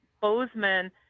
Bozeman